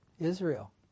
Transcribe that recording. Israel